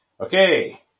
Okay